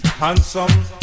handsome